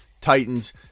Titans